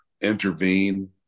intervene